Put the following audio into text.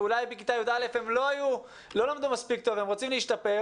ואולי בכיתה י"א הם לא למדו מספיק טוב והם רוצים להשתפר,